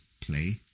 play